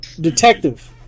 detective